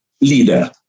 leader